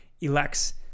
elects